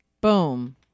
Boom